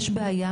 יש בעיה,